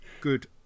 good